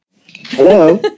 Hello